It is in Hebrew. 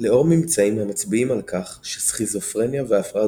לאור ממצאים המצביעים על כך שסכיזופרניה והפרעה